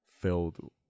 Filled